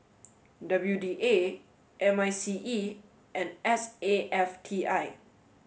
W D A M I C E and S A F T I